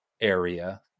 area